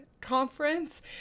conference